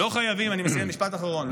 אני מסיים, משפט אחרון.